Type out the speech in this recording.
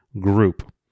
group